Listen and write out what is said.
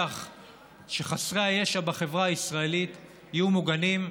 שחסרי הישע בחברה הישראלית יהיו מוגנים,